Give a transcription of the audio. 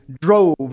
drove